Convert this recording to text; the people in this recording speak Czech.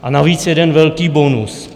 A navíc jeden velký bonus.